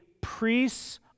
priests